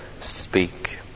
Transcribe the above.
speak